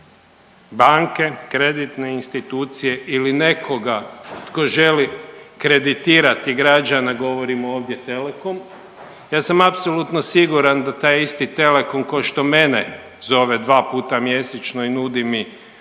banke, kreditne institucije ili nekoga tko želi kreditirati građane. Govorimo ovdje telekom. Ja sam apsolutno siguran da taj isti telekom kao što mene zove 2 puta mjesečno i nudi mi